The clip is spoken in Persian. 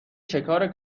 شکار